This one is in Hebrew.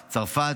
צרפת,